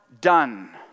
done